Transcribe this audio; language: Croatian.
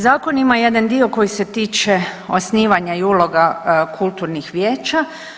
Zakon ima jedan dio koji se tiče osnivanja i uloga kulturnih vijeća.